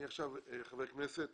אני עכשיו חבר כנסת,